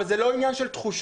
וזה לא עניין של תחושות,